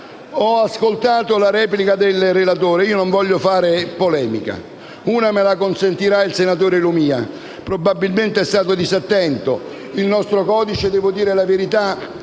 Ho ascoltato la replica del relatore e non voglio fare polemica, ma una me la consentirà il senatore Lumia, che probabilmente è stato disattento: il nostro codice penale, a dire la verità, nel suo